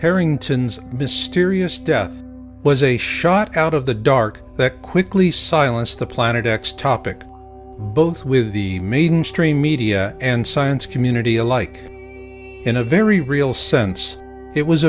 harrington's mysterious death was a shot out of the dark that quickly silenced the planet x topic both with the mainstream media and science community alike in a very real sense it was